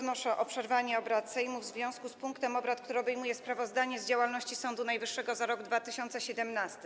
Wnoszę o przerwanie obrad Sejmu w związku z punktem obrad, który obejmuje sprawozdanie z działalności Sądu Najwyższego za rok 2017.